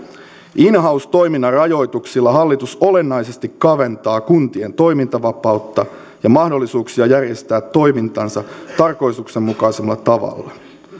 in house toiminnan rajoituksilla hallitus olennaisesti kaventaa kuntien toimintavapautta ja mahdollisuuksia järjestää toimintansa tarkoituksenmukaisella tavalla